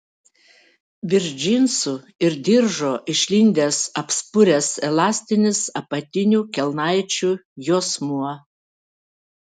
virš džinsų ir diržo išlindęs apspuręs elastinis apatinių kelnaičių juosmuo